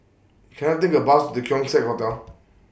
Can I Take A Bus The Keong Saik Hotel